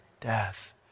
death